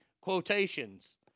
quotations